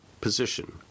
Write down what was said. position